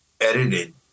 edited